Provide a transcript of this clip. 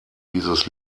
dieses